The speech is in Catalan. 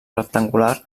rectangular